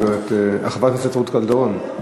חברת הכנסת רות קלדרון?